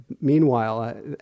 meanwhile